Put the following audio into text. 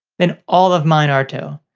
then all of mine are too.